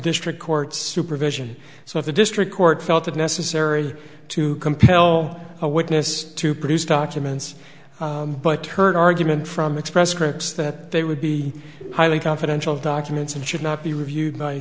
district court supervision so if the district court felt it necessary to compel a witness to produce documents but heard argument from express scripts that they would be highly confidential documents and should not be reviewed by